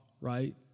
right